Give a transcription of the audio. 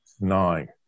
nine